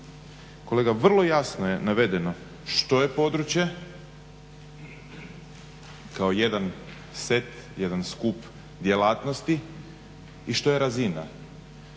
Kolega, vrlo jasno je navedeno što je područje kao jedan set jedan skup djelatnosti i što je razina